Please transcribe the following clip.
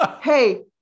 hey